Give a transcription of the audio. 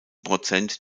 prozent